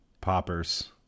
poppers